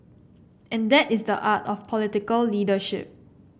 and that is the art of political leadership